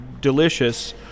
delicious